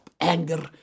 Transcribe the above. anger